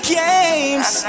games